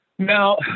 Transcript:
Now